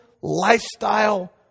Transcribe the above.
lifestyle